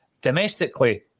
domestically